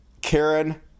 Karen